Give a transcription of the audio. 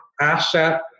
asset